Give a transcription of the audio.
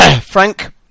Frank